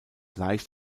leicht